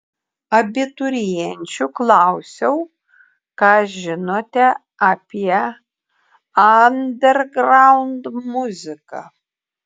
abiturienčių klausiau ką žinote apie andergraund muziką